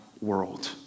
world